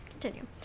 Continue